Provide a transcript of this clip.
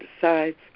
decides